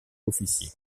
officier